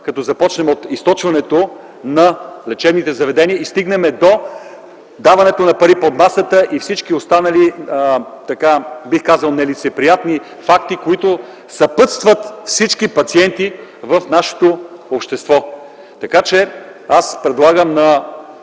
като започнем от източването на лечебните заведения и стигнем до даването на пари под масата, и всички останали нелицеприятни факти, които съпътстват всички пациенти в нашето общество. Предлагам на